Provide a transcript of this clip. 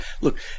look